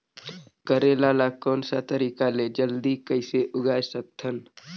करेला ला कोन सा तरीका ले जल्दी कइसे उगाय सकथन?